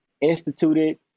instituted